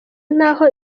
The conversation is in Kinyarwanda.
n’aho